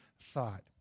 thought